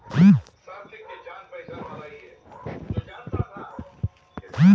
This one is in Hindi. भैया मैं अगले साल मटके और बाल्टी का कारोबार चालू कर रहा हूं